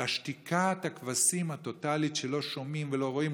ושתיקת הכבשים הטוטלית שלא שומעים ולא רואים,